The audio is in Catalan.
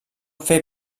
fer